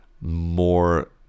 more